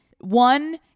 One